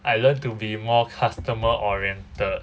I learned to be more customer oriented